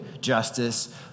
justice